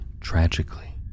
tragically